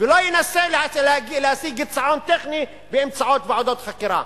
ולא ינסה להשיג ניצחון טכני באמצעות ועדות חקירה.